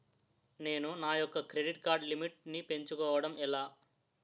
నేను నా యెక్క క్రెడిట్ కార్డ్ లిమిట్ నీ పెంచుకోవడం ఎలా?